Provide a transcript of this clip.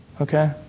Okay